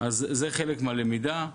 זה חלק מהלמידה.